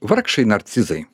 vargšai narcizai